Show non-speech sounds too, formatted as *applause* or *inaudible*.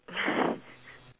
*laughs*